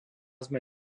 sme